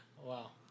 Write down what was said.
Wow